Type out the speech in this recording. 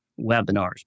webinars